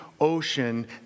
ocean